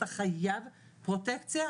אתה חייב פרוטקציה,